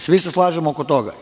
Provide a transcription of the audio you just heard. Svi se slažemo oko toga.